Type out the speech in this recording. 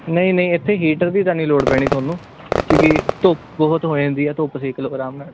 ਨਹੀਂ ਨਹੀਂ ਇੱਥੇ ਹੀਟਰ ਦੀ ਤਾਂ ਨਹੀਂ ਲੋੜ ਪੈਣੀ ਤੁਹਾਨੂੰ ਕਿਉਂਕਿ ਧੁੱਪ ਬਹੁਤ ਹੋ ਜਾਂਦੀ ਹੈ ਧੁੱਪ ਸੇਕ ਲਓ ਅਰਾਮ ਨਾਲ